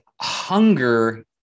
hunger